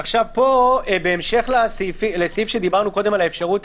בהמשך לסעיף שדיברנו קודם על האפשרות